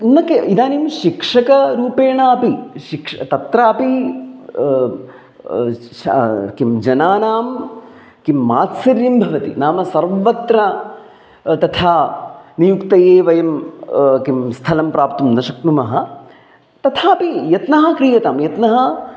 न के इदानीं शिक्षकरूपेण अपि शिक्ष तत्रापि शा किं जनानां किं मात्सर्यं भवति नाम सर्वत्र तथा नियुक्तेः वयं किं स्थलं प्राप्तुं न शक्नुमः तथापि यत्नः क्रीयतां यत्नः